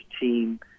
team